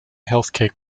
healthcare